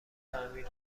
تعمیر